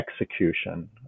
execution